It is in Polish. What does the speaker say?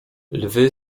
lwy